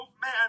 man